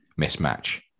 mismatch